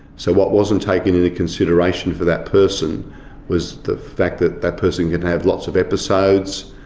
so what wasn't taken into consideration for that person was the fact that that person can have lots of episodes,